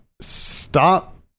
Stop